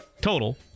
total